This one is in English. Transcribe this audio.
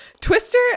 Twister